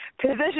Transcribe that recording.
position